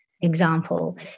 example